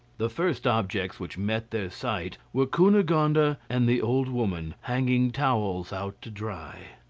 the first objects which met their sight were cunegonde ah and the old woman hanging towels out to dry.